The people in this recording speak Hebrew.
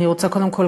אני רוצה קודם כול,